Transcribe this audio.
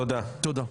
תודה.